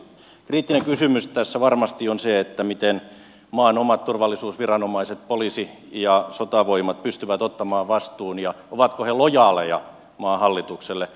kriittinen kysymys tässä varmasti on se miten maan omat turvallisuusviranomaiset poliisi ja sotavoimat pystyvät ottamaan vastuun ja ovatko he lojaaleja maan hallitukselle